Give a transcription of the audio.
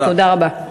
תודה רבה.